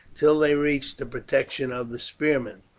till they reached the protection of the spearmen.